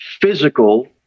physical